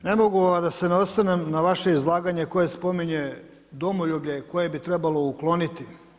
Ne mogu a da se ne osvrnem na vaše izlaganje koje spominje domoljublje koje bi trebalo ukloniti.